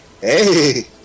Hey